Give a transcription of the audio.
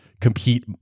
compete